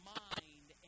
mind